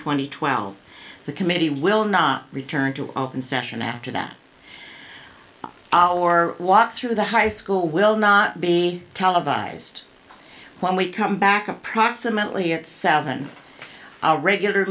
and twelve the committee will not return to open session after that our walk through the high school will not be televised when we come back approximately at seven our regular